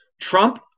Trump